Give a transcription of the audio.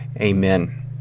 amen